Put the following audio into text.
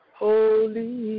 holy